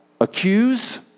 accuse